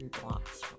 blocks